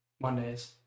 Mondays